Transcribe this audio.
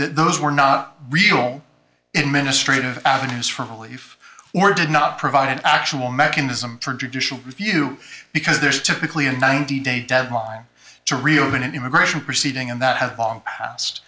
that those were not real ministry of avenues for relief or did not provide an actual mechanism for judicial review because there is typically a ninety day deadline to reopen an immigration proceeding and that has long pas